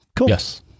Yes